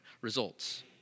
results